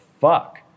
fuck